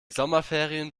sommerferien